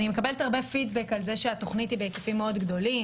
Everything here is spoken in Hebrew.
אני מקבלת הרבה פידבק על כך שהתוכנית היא בהיקפים מאוד גדולים,